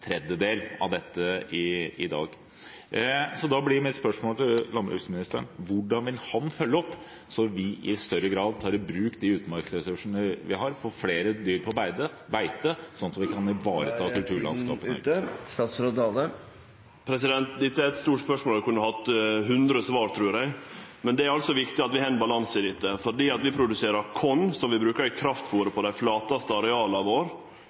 tredjedel av dette i dag. Da blir mitt spørsmål til landbruksministeren: Hvordan vil han følge opp slik at vi i større grad tar i bruk de utmarksressursene vi har og får flere dyr på beite, sånn at vi kan ivareta kulturlandskapet bedre? Dette er eit stort spørsmål som eg trur kunne hatt hundre svar. Men det er altså viktig at vi har ein balanse i dette. Vi produserer korn som vi brukar i